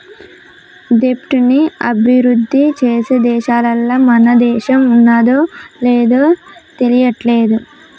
దెబ్ట్ ని అభిరుద్ధి చేసే దేశాలల్ల మన దేశం ఉన్నాదో లేదు తెలియట్లేదు